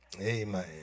amen